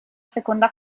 seconda